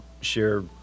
share